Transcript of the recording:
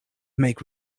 make